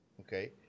okay